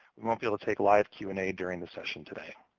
we won't be able to take live q and a during the session today.